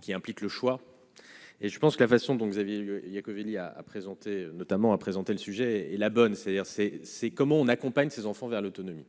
Qui implique le choix et je pense que la façon dont Xavier il y a, comme il y a à présenter notamment à présenter le sujet et la bonne, c'est-à-dire c'est c'est comment on accompagne ses enfants vers l'autonomie.